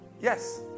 Yes